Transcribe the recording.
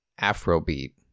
Afrobeat